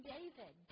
David